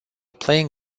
playing